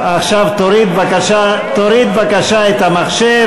עכשיו תוריד בבקשה את המחשב,